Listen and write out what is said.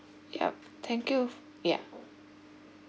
yup thank you ya